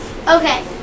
Okay